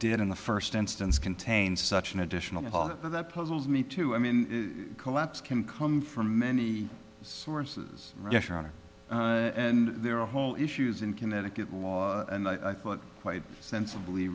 did in the first instance contain such an additional that puzzles me too i mean collapse can come from many sources and there are whole issues in connecticut law and i thought quite sensibly